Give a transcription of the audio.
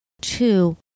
Two